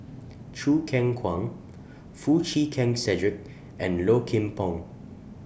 Choo Keng Kwang Foo Chee Keng Cedric and Low Kim Pong